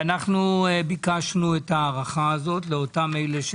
ואנחנו ביקשנו את ההארכה הזאת לאותם אלה.